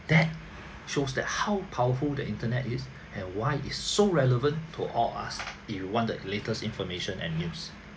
that shows that how powerful the internet is and why is so relevant to all of us if you want the latest information and news